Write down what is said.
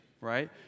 right